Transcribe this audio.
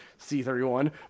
C31